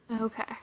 Okay